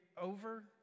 over